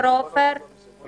אני